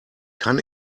kann